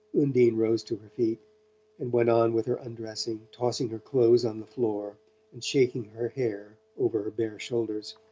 undine rose to her feet and went on with her undressing, tossing her clothes on the floor and shaking her hair over her bare shoulders.